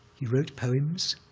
he wrote poems.